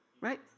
right